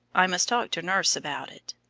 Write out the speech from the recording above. i must talk to nurse about it.